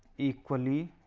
equally,